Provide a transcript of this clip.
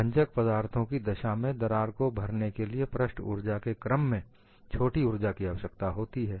भंजक पदार्थों की दशा में दरार को भरने के लिए पृष्ठ ऊर्जा के क्रम में छोटी ऊर्जा की आवश्यकता होती है